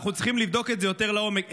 אנחנו צריכים לבדוק את זה יותר לעומק,